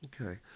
Okay